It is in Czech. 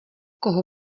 koho